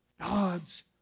God's